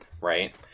right